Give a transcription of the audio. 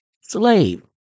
slave